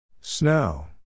Snow